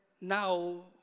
now